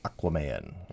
Aquaman